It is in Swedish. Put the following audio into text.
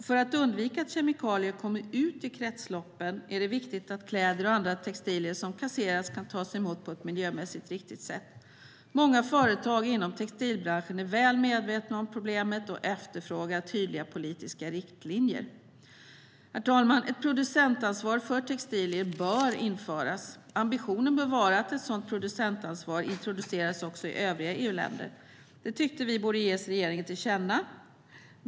För att undvika att kemikalier kommer ut i kretsloppen är det viktigt att kläder och andra textilier som kasserats kan tas emot på ett miljömässigt riktigt sätt. Många företag inom textilbranschen är väl medvetna om problemet och efterfrågar tydliga politiska riktlinjer. Herr talman! Ett producentansvar för textilier bör införas. Ambitionen bör vara att ett sådant producentansvar introduceras också i övriga EUländer. Det tycker vi borde ges regeringen till känna.